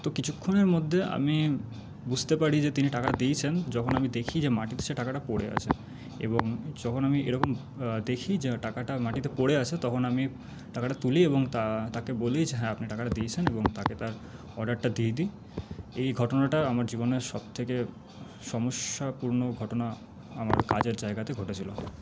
তো কিছুক্ষণের মধ্যে আমি বুঝতে পারি যে তিনি টাকা দিয়েছেন যখন আমি দেখি যে মাটিতে সে টাকাটা পড়ে আছে এবং যখন আমি এরকম দেখি যে টাকাটা মাটিতে পড়ে আছে তখন আমি টাকাটা তুলি এবং তাকে বলি যে হ্যাঁ আপনি টাকাটা দিয়েছেন এবং তাকে তার অর্ডারটা দিয়ে দিই এই ঘটনাটা আমার জীবনের সবথেকে সমস্যাপূর্ণ ঘটনা আমার কাজের জায়গাতে ঘটেছিলো